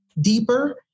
deeper